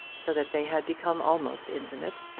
so that they had become almost intimate.